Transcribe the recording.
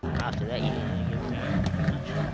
after that yeah you're on your own pretty much.